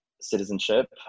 citizenship